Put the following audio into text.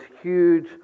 huge